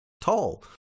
tall